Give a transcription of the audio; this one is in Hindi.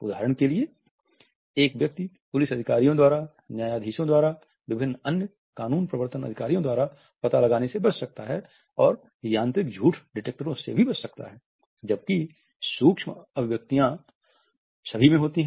उदाहरण के लिए एक व्यक्ति पुलिस अधिकारियों द्वारा न्यायाधीशों द्वारा विभिन्न अन्य कानून प्रवर्तन अधिकारियों द्वारा पता लगाने से बच सकता है और यांत्रिक झूठ डिटेक्टरों से भी बच सकता है जबकि सूक्ष्म अभिव्यक्ति सभी में होती है